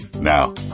Now